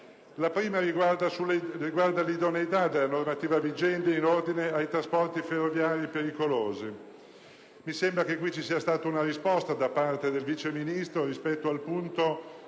La prima riguarda l'idoneità della normativa vigente in ordine ai trasporti ferroviari pericolosi: mi sembra che ci sia stata una risposta da parte del Vice ministro rispetto al primo